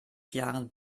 jahren